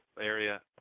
area